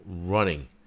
running